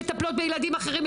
מטפלות בילדים אחרים.